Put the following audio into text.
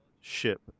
ship